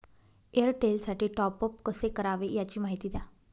एअरटेलसाठी टॉपअप कसे करावे? याची माहिती द्या